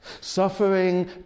Suffering